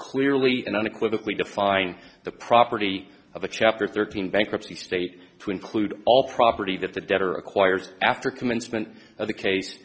clearly and unequivocally define the property of a chapter thirteen bankruptcy state to include all property that the debtor acquires after commencement of the case